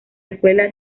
escuela